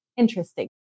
Interesting